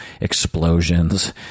explosions